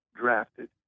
drafted